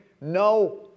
No